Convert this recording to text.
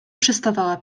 przestawała